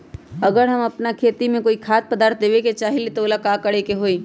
अगर हम अपना खेती में कोइ खाद्य पदार्थ देबे के चाही त वो ला का करे के होई?